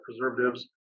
preservatives